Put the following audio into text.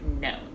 no